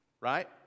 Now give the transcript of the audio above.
right